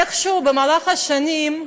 איכשהו, במהלך השנים,